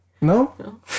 no